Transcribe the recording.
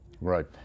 Right